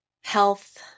health